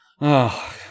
Oh